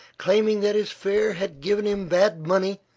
claiming that his fare had given him bad money